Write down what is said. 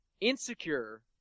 Insecure